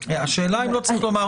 אומרת,